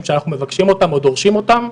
שאנחנו מבקשים אותם או דורשים אותם,